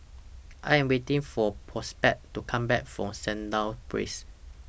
I Am waiting For Prosper to Come Back from Sandown Place